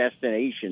destinations